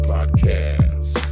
Podcast